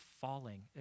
falling